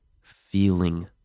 feeling